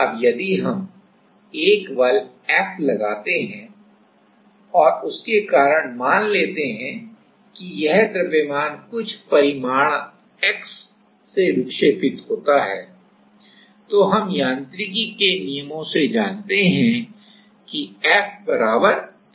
अब यदि हम एक बल F लगाते हैं और उसके कारण मान लेते हैं कि यह द्रव्यमान कुछ परिमाण x से विक्षेपित होता है तो हम यांत्रिकी के नियमों से जानते हैं कि Fkx